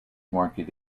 market